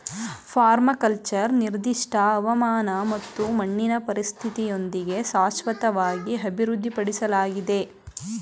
permaculture ನಿರ್ದಿಷ್ಟ ಹವಾಮಾನ ಮತ್ತು ಮಣ್ಣಿನ ಪರಿಸ್ಥಿತಿಯೊಂದಿಗೆ ಶಾಶ್ವತವಾಗಿ ಅಭಿವೃದ್ಧಿಪಡ್ಸಲಾಗಿದೆ